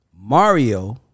Mario